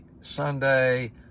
Sunday